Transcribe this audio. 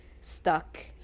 stuck